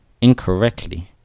incorrectly